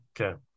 Okay